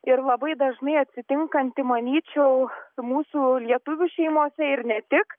ir labai dažnai atsitinkanti manyčiau mūsų lietuvių šeimose ir ne tik